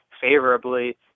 favorably